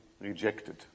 rejected